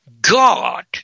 God